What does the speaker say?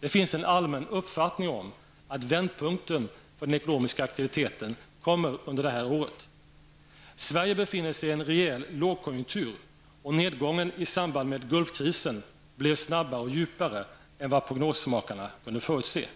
Det finns en allmän uppfattning att vändpunkten för den ekonomiska aktiviteten kommer under det här året. Sverige befinner sig i en rejäl lågkonjunktur, och nedgången i samband med Gulfkrisen blev snabbare och djupare än vad prognosmakarna kunde förutse.